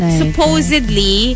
supposedly